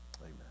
amen